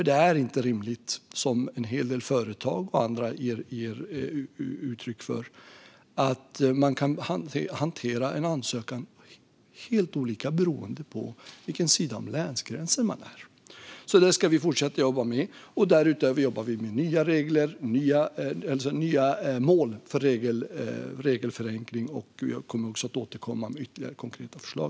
Det är inte rimligt, som en hel del företag och andra ger uttryck för, att en ansökan kan hanteras helt olika beroende på vilken sida om länsgränsen man är, så detta ska vi fortsätta att jobba med. Därutöver jobbar vi med nya mål för regelförenkling, och jag kommer också att återkomma med ytterligare konkreta förslag.